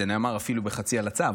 זה נאמר אפילו בחצי הלצה,